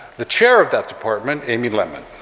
the chair of that department, amy lemmon.